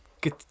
good